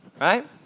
Right